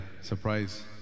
surprise